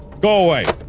go away!